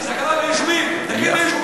הידברות על בסיס הכרה ביישובים, תכיר ביישובים.